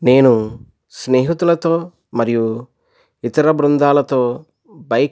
నేను స్నేహితులతో మరియు ఇతర బృందాలతో బైక్